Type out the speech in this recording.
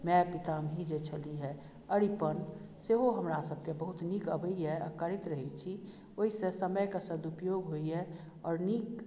माय पितामही जे छलीहे अरिपन सेहो हमरासभके बहुत नीक अबैए आ करैत रहैत छी ओहिसँ समयक सदुपयोग होइए आओर नीक